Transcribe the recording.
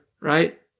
right